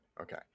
Okay